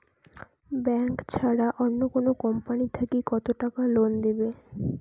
Bank ছাড়া অন্য কোনো কোম্পানি থাকি কত টাকা লোন দিবে?